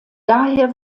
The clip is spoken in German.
daher